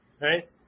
Right